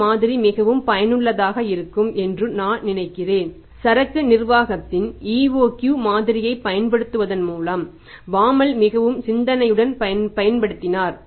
இந்த மாதிரி மிகவும் பயனுள்ளதாக இருக்கும் என்று நான் நினைக்கிறேன் சரக்கு நிர்வாகத்தின் EOQ மாதிரியைப் பயன்படுத்துவதன் மூலம் பாமால் மிகவும் சிந்தனையுடன் பயன்படுத்தினார்